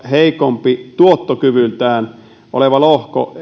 heikompi on tuottokyvyltään oleva lohko